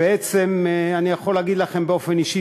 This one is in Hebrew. בעצם אני יכול להגיד לכם באופן אישי,